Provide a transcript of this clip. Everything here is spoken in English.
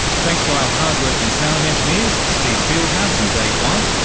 thanks to our hard-working sound engineers, steve fieldhouse and dave white.